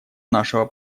нашего